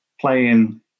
playing